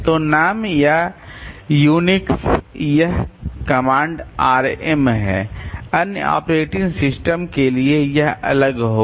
तो नाम या यूनिक्स यह कमांड rm है अन्य ऑपरेटिंग सिस्टम के लिए यह अलग होगा